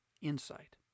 insight